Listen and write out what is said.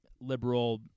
Liberal